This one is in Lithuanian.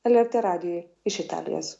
lrt radijui iš italijos